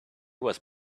was